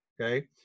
okay